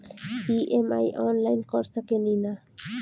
EMI online कर सकेनी की ना?